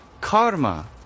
karma